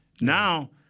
now